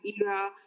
era